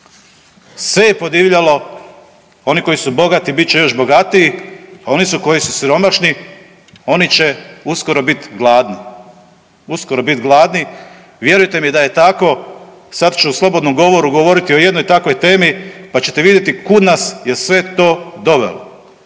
Sve je podivljalo, oni koji su bogati bit će još bogatiji, a oni koji su siromašni oni će uskoro biti gladni, uskoro biti gladni. Vjerujte mi da je tako sad ću u slobodnom govoru govoriti o jednoj takvoj temi pa ćete vidjeti kud nas je sve to dovelo.